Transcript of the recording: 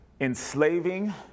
enslaving